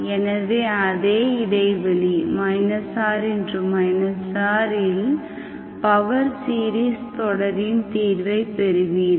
எனவே அதே இடைவெளி r r இல் பவர் சீரிஸ் தொடரின் தீர்வை பெறுவீர்கள்